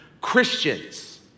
Christians